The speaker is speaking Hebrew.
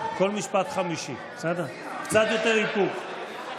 קצת יותר איפוק.